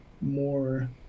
more